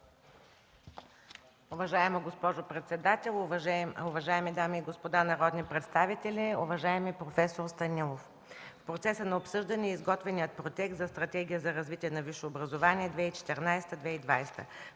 Уважаема госпожо председател, уважаеми дами и господа народни представители, уважаеми проф. Станилов! В процеса на обсъждане е изготвеният Проект за Стратегия за развитие на висшето образование – 2014-2020 г.